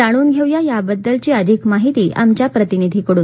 जाणून घेऊया याबद्दलची अधिक माहिती आमच्या प्रतिनिधीकडून